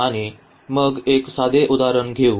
आणि मग एक साधे उदाहरण घेऊ